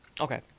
Okay